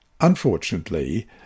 Unfortunately